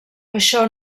això